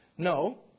No